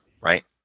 right